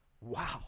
Wow